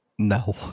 No